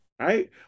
right